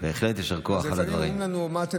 אותו בן אדם יודע שיש רכבת בעוד שעה או בעוד חצי שעה,